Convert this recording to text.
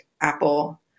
Apple